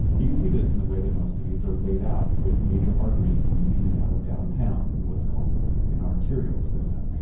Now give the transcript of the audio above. you can see this in the way that most cities are laid out, with major arteries going in and out of downtown in what's called an arterial system,